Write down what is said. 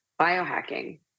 biohacking